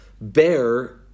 bear